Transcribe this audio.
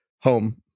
home